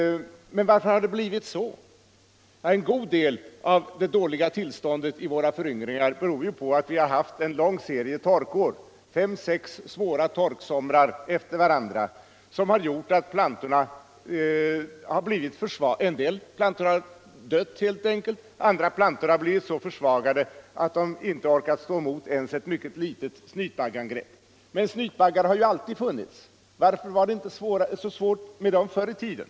Varför har det då blivit så? Ja, en god del av det dåliga tillståndet i våra föryngringar beror ju på att vi har haft en lång serie torkår — fem sex svåra torksomrar efter varandra. En del plantor har helt enkelt dött, andra plantor har blivit så försvagade att de inte orkat stå emot ens ett mycket litet snytbaggangrepp. Men snytbaggar har ju alltid funnits. Varför var det inte så svårt med dem förr i tiden?